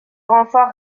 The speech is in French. renforts